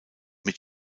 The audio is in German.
mit